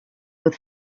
with